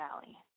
valley